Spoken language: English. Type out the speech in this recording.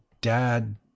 Dad